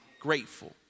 grateful